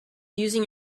using